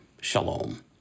shalom